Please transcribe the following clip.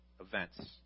events